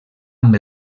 amb